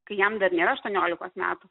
kai jam dar nėra aštuoniolikos metų